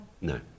No